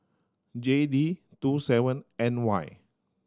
J D two seven N Y